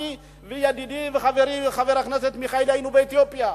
אני וידידי וחברי חבר הכנסת מיכאלי היינו באתיופיה,